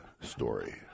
story